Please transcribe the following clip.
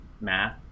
math